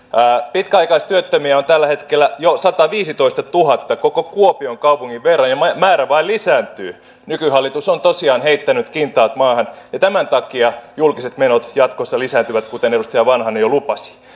pitkäaikaistyöttömiä on tällä hetkellä jo sataviisitoistatuhatta koko kuopion kaupungin verran ja määrä vain lisääntyy nykyhallitus on tosiaan heittänyt kintaat maahan ja tämän takia julkiset menot jatkossa lisääntyvät kuten edustaja vanhanen jo lupasi